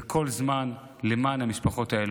בכל זמן, למען המשפחות האלה.